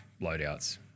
loadouts